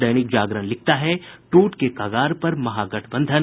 दैनिक जागरण लिखता है टूट के कगार पर महागठबंधन